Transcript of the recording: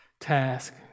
task